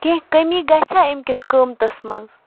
کینٛہہ کٔمی گژھیٛا امہِ کِس قۭمتَس منٛز